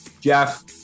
Jeff